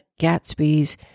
Gatsby's